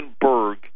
Berg